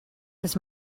this